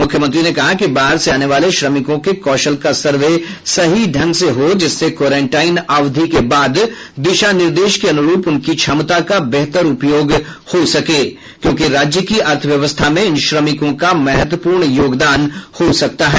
मुख्यमंत्री ने कहा कि बाहर से आने वाले श्रमिकों के कौशल का सर्वे सही ढंग से हो जिससे क्वारंटाइन अवधि के बाद दिशा निर्देश के अनुरूप उनकी क्षमता का बेहतर उपयोग हो सके क्योंकि राज्य की अर्थव्यवस्था में इन श्रमिकों का महत्वपूर्ण योगदान हो सकता है